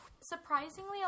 surprisingly